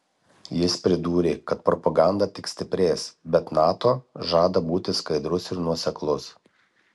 jis pridūrė kad propaganda tik stiprės bet nato žada būti skaidrus ir nuoseklus